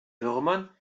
würmern